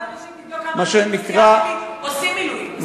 תבדוק כמה אנשים בסיעה שלי עושים מילואים, בסדר?